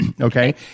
okay